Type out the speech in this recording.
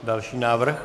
Další návrh.